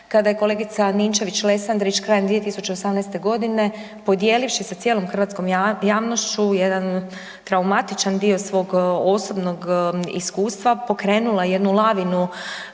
kada je kolegica Ninčević-Lesandrić krajem 2018. g. podijelivši sa cijelom hrvatskom javnošću jedan traumatičan dio svog osobnog iskustva pokrenula jednu lavinu